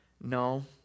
no